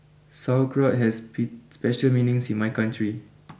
Sauerkraut has bit special meanings in my country